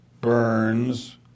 Burns